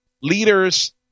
Leaders